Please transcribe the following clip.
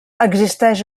existeix